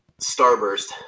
starburst